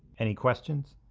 any questions?